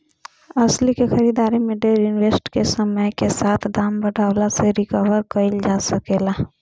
एस्ली के खरीदारी में डेर इन्वेस्टमेंट के समय के साथे दाम बढ़ला से रिकवर कईल जा सके ला